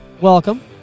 Welcome